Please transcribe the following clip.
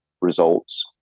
results